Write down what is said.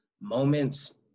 Moments